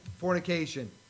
fornication